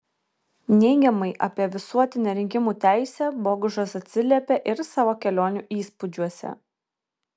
neigiamai apie visuotinę rinkimų teisę bogušas atsiliepė ir savo kelionių įspūdžiuose